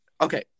Okay